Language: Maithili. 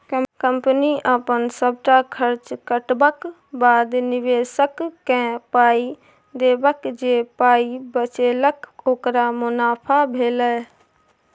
कंपनीक अपन सबटा खर्च कटबाक बाद, निबेशककेँ पाइ देबाक जे पाइ बचेलक ओकर मुनाफा भेलै